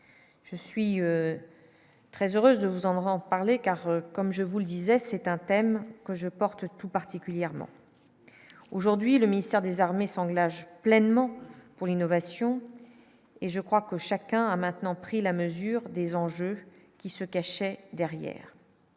je suis très heureuse de vous en emmènera en parler car comme je vous le disais, c'est un thème que je porte tout particulièrement aujourd'hui le ministère des Armées Sangla j'pleinement pour l'innovation et je crois que chacun a maintenant pris la mesure des enjeux qui se cachait derrière,